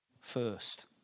first